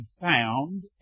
found